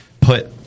put